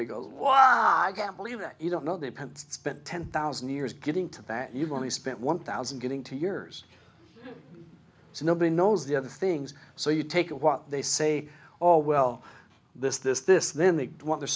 old wow i can't believe that you don't know their parents spent ten thousand years getting to that you've only spent one thousand getting two years so nobody knows the other things so you take what they say all well this this this then they